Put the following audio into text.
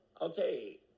okay